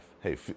Hey